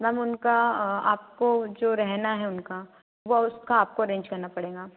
ma'am उनका आपको जो रहना है उनका वो उसका आपको अरैन्ज करना पड़ेगा